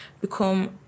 become